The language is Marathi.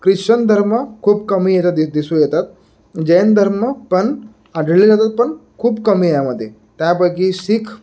ख्रिश्चन धर्म खूप कमी येतात दिसू येतात जैन धर्म पण आढळले जातात पण खूप कमी यामध्ये त्यापैकी शीख